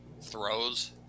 throws